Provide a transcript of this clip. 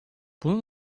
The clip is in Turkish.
bunun